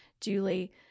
Julie